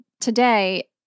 today